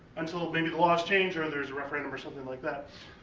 until maybe the laws change or there's a referendum or something like that.